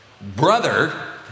brother